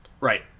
Right